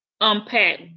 unpack